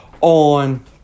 on